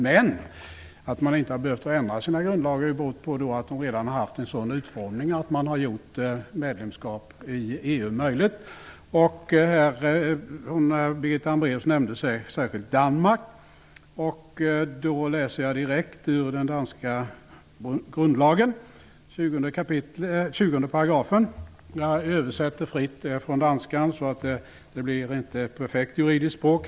Men att andra länder inte har behövt ändra sina grundlagar beror på att de redan har haft en sådan utformning att det har möjliggjort medlemskap i EU. Birgitta Hambraeus nämnde särskilt Danmark. Då vill jag läsa direkt ur 20 § i den danska grundlagen. Jag gör en fri översättning från danskan, så det blir kanske inte ett perfekt juridiskt språk.